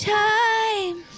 time